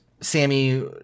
Sammy